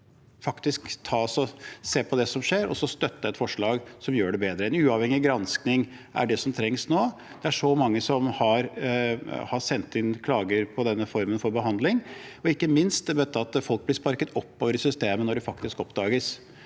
faktisk se på det som skjer, og støtte et forslag som gjør det bedre. En uavhengig gransking er det som trengs nå. Det er svært mange som har sendt inn klager på denne formen for behandling. Ikke minst ser vi at folk blir sparket oppover i systemet når det faktisk oppdages.